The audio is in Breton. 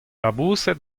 laboused